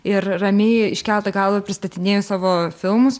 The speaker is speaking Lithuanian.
ir ramiai iškelta galva pristatinėju savo filmus